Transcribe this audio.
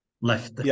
left